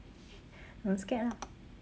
don't scared lah